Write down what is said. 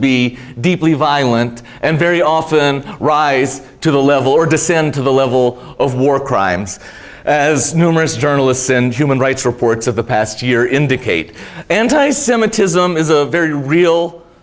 be deeply violent and very often rise to the level or descend to the level of war crimes as numerous journalists and human rights reports of the past year indicate anti semitism is a very real